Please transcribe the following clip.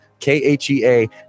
khea